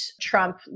Trump